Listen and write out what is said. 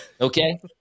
okay